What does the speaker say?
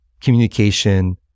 communication